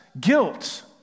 guilt